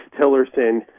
Tillerson